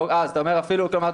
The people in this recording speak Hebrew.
אה, אתה אומר "אפילו".